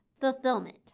fulfillment